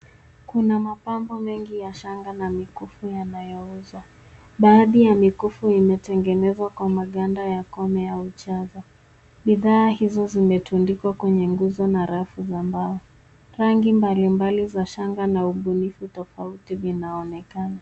Kuna mapambo mengi ya shanga na mikufi yanayouzwa. Baadhi ya mikufi yametengenezwa kwa maganda ya koome au chadha. Bidhaa hizo zimetundikwa kwenye nguzo na rafu za mbao. Rangi mbalimbali za shanga na ubunifu tofauti zinaonekana.